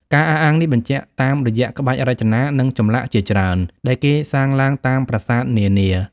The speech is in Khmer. ការអះអាងនេះបញ្ជាក់តាមរយៈក្បាច់រចនា និងចម្លាក់ជាច្រើនដែលគេសាងឡើងតាមប្រាសាទនានា។